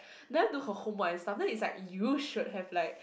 never do her homework and stuff then it's like you should have